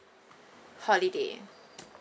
holiday